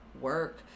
work